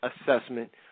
assessment